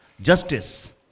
justice